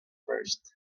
first